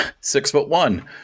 six-foot-one